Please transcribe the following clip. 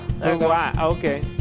okay